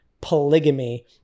polygamy